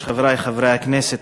חברי חברי הכנסת,